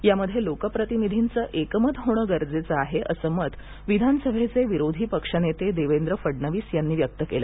यामध्ये लोकप्रतिनिधींचं एकमत होण गरजेचं आहे असं मत विधानसभेचे विरोधी पक्ष नेते देवेंद्र फडणवीस यांनी व्यक्त केलं